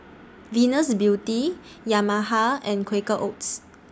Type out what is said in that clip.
Venus Beauty Yamaha and Quaker Oats